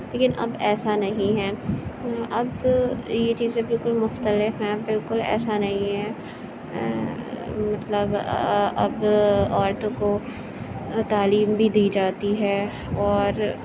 لیکن اب ایسا نہیں ہے اب تو یہ چیزیں بالکل مختلف ہیں اب بالکل ایسا نہیں ہے مطلب اب عورتوں کو تعلیم بھی دی جاتی ہے اور